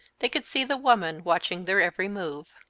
they could see the woman watching their every move.